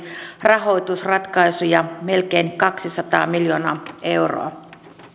rahoitusratkaisu ja melkein kaksisataa miljoonaa euroa